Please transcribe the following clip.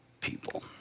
people